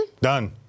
Done